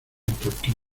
turquí